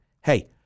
Hey